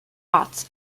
arts